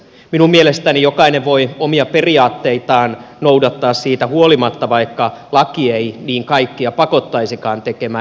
minun mielestäni jokainen voi omia periaatteitaan noudattaa siitä huolimatta vaikka laki ei niin kaikkia pakottaisikaan tekemään